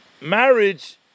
marriage